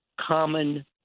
common